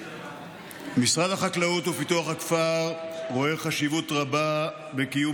משרד החקלאות ופיתוח הכפר רואה חשיבות רבה בקיום